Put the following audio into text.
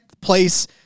place